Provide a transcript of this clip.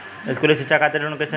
स्कूली शिक्षा खातिर लोन कैसे मिली?